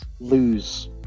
lose